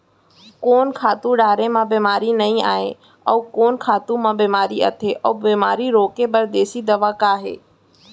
कोन खातू डारे म बेमारी नई आये, अऊ कोन खातू म बेमारी आथे अऊ बेमारी रोके बर देसी दवा का हे?